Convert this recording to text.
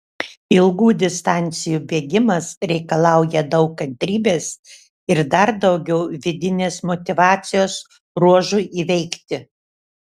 ilgų distancijų bėgimas reikalauja daug kantrybės ir dar daugiau vidinės motyvacijos ruožui įveikti